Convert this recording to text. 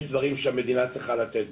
יש דברים שהמדינה צריכה לתת.